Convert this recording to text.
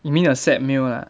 you mean a set meal lah